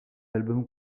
album